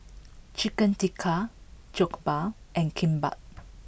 Chicken Tikka Jokbal and Kimbap